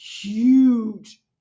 huge